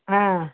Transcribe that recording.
ಆಂ